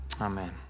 Amen